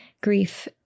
Grief